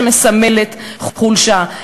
שמסמלת חולשה,